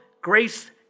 grace